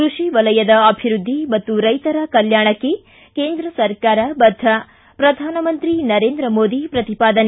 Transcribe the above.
ಕೃಷಿ ವಲಯದ ಅಭಿವೃದ್ಧಿ ಮತ್ತು ರೈತರ ಕಲ್ಯಾಣಕ್ಕೆ ಕೇಂದ್ರ ಸರ್ಕಾರ ಬದ್ಧ ಪ್ರಧಾನಮಂತ್ರಿ ನರೇಂದ್ರ ಮೋದಿ ಪ್ರತಿಪಾದನೆ